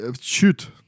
Shoot